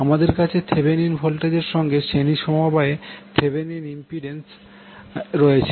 আমাদের কাছে থেভেনিন ভোল্টেজের সঙ্গে শ্রেণী সমবায়ে থেভেনিন ইম্পিড্যান্স রয়েছে